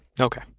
Okay